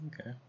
Okay